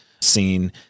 scene